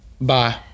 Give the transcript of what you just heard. Bye